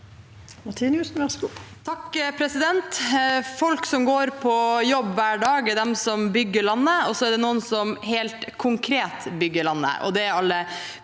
(R) Folk som går på jobb hver dag, er de som bygger landet. Så er det noen som helt konkret bygger landet,